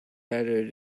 better